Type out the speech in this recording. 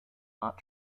not